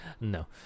no